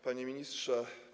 Panie Ministrze!